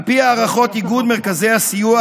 על פי הערכות איגוד מרכזי הסיוע,